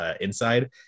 Inside